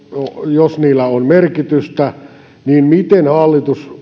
jos muutoksenhakulautakunnilla on merkitystä miten hallitus